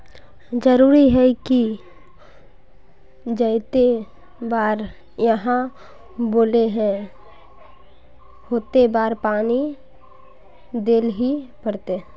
जरूरी है की जयते बार आहाँ बोले है होते बार पानी देल ही पड़ते?